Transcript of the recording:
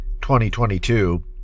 2022